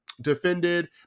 defended